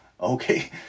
Okay